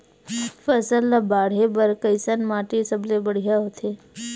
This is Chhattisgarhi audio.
फसल ला बाढ़े बर कैसन माटी सबले बढ़िया होथे?